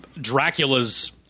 Dracula's